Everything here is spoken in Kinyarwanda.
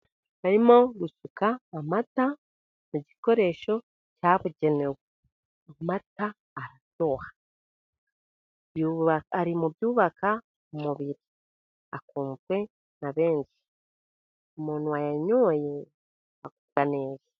Barimo gusuka amata mu gikoresho cyabugenewe. Amata araryoha. Ari mu byubaka umubiri. Akuzwe na benshi. Umuntu wayanyoye, akura neza.